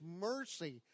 mercy